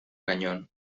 cañón